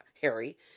Harry